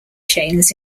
chains